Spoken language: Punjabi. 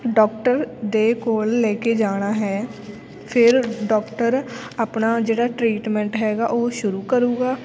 ਡੋਕਟਰ ਦੇ ਕੋਲ ਲੈ ਕੇ ਜਾਣਾ ਹੈ ਫਿਰ ਡੋਕਟਰ ਆਪਣਾ ਜਿਹੜਾ ਟਰੀਟਮੈਂਟ ਹੈਗਾ ਉਹ ਸ਼ੁਰੂ ਕਰੂਗਾ